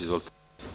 Izvolite.